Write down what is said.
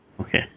Okay